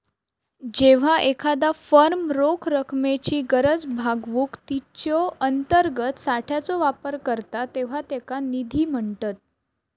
जेव्हा एखादा फर्म रोख रकमेची गरज भागवूक तिच्यो अंतर्गत साठ्याचो वापर करता तेव्हा त्याका निधी म्हणतत